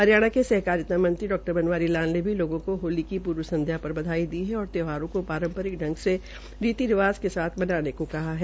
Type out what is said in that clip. हरियाणा के सहकारिता मंत्री डा बनवारी लाल ने भी लोगों को होली की पूर्व संध्या पर बधाई दी है और त्यौहार को पांरपरिक ांग व रीति रिवाज़ से मनाने को कहा है